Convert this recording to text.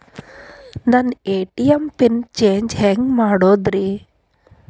ನನ್ನ ATM pin change ಹೆಂಗ್ ಮಾಡೋದ್ರಿ?